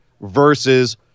versus